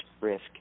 risk